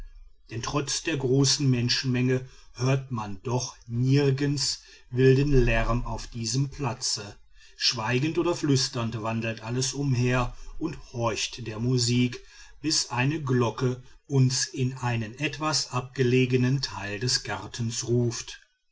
denn trotz der großen menschenmenge hört man doch nirgends wilden lärm auf diesem platze schweigend oder flüsternd wandelt alles umher und horcht der musik bis eine glocke uns in einen etwas abgelegenen teil des gartens ruft